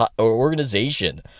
organization